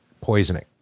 poisoning